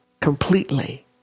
completely